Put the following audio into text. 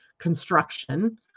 construction